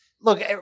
look